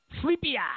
Sleepy